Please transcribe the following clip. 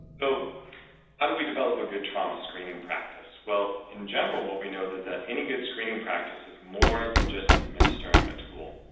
so how do we develop a good trauma screening practice? well, in general what we know is that any good screening practice is more than just administering a tool.